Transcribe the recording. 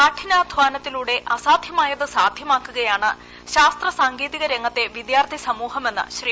കഠിനാധാനത്തിലൂടെ അസ്സാ്ധ്യമായത് സാധ്യമാക്കുകയാണ് ശാസ്ത്ര സാങ്കേതിക രംഗത്ത് വിദ്യാർത്ഥി സമൂഹമെന്ന് ശ്രീ